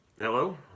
Hello